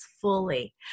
fully